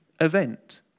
event